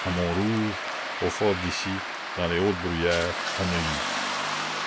à montrouge au fort d'issy dans les hautes bruyères à neuilly